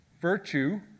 Virtue